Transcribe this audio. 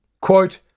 Quote